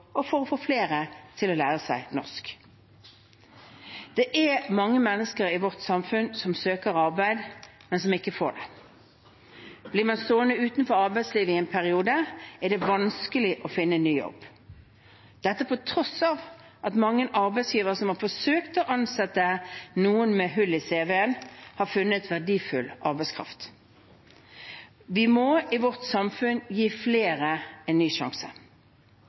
og for å få flere til å lære seg norsk. Det er mange mennesker i vårt samfunn som søker arbeid, men som ikke får det. Blir man stående utenfor arbeidslivet i en periode, er det vanskeligere å finne en ny jobb – dette på tross av at mange arbeidsgivere som har forsøkt å ansette noen med hull i cv-en, har funnet verdifull arbeidskraft. Vi må i vårt samfunn gi flere en ny sjanse.